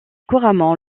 couramment